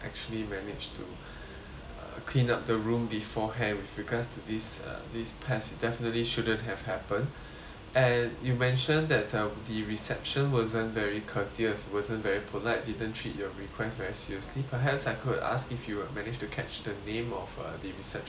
uh clean up the room beforehand with regards to this uh this past it definitely shouldn't have happened and you mentioned that um the reception wasn't very courteous wasn't very polite didn't treat your requests very seriously perhaps I could ask if you manage to catch the name of uh the receptionist who served you